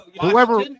whoever